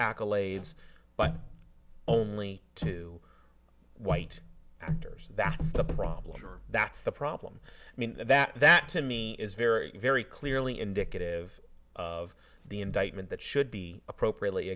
accolades but only to white actors that's the problem or that's the problem i mean that that to me is very very clearly indicative of the indictment that should be appropriately